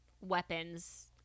weapons